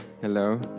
Hello